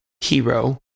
hero